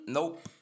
Nope